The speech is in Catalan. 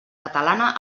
catalana